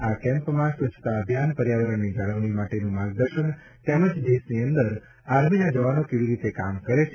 આ કેમ્પમાં સ્વચ્છતા અભિયાન પર્યાવરણ ની જાળવણી માટેનું માર્ગદર્શન તેમજ દેશની અંદર આર્મી ના જવાનો કેવી રીતે કામ કરે છે